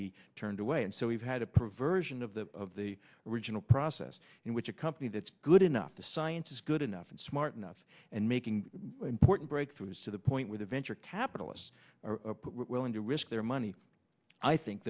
be turned away and so we've had a perversion of the of the original process in which a company that's good enough the science is good enough and smart enough and making important breakthroughs to the point where the venture capitalists are willing to risk their money i think